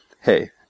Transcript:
Hey